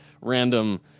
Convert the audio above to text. random